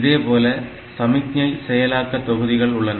இதேபோல் சமிக்ஞை செயலாக்க தொகுதிகள் உள்ளன